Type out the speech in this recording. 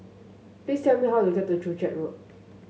please tell me how to get to Joo Chiat Road